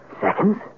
Seconds